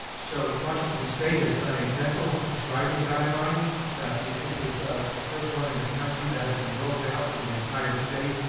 so washington state has done a dental prescribing guideline that we think is the first one in the country that has been rolled out for the entire state.